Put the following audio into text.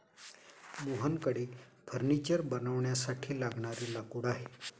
मोहनकडे फर्निचर बनवण्यासाठी लागणारे लाकूड आहे